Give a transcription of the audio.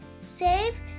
Save